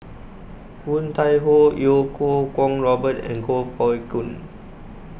Woon Tai Ho Iau Kuo Kwong Robert and Kuo Pao Kun